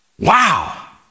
Wow